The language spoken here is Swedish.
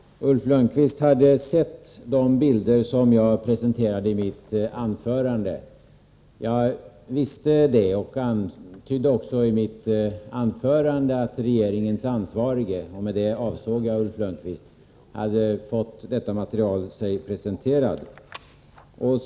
Herr talman! Ulf Lönnqvist hade sett de bilder som jag presenterade i mitt anförande. Jag visste det och antydde också att regeringens ansvarige — och med det avsåg jag Ulf Lönnqvist — hade fått detta material presenterat för sig.